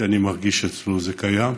כי אני מרגיש שאצלו זה קיים,